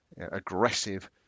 aggressive